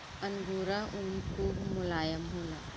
angora ऊन खूब मोलायम होला